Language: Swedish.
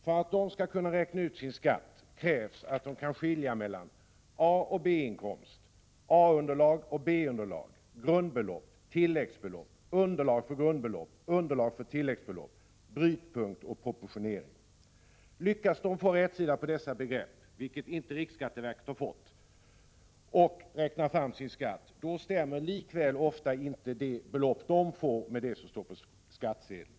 För att de skall kunna räkna ut sin skatt krävs att de kan skilja mellan A och B-inkomst, A-underlag och B-underlag, grundbelopp, tillväxtbelopp, underlag för grundbelopp, underlag för tilläggsbelopp, brytpunkt och proportionering. Lyckas de få rätsida på dessa begrepp, vilket riksskatteverket inte har fått, och kan räkna ut sin skatt, stämmer likväl ofta inte det belopp som de får fram med det som står på skattsedeln.